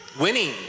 Winning